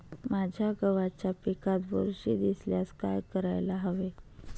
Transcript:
माझ्या गव्हाच्या पिकात बुरशी दिसल्यास काय करायला हवे?